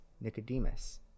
Nicodemus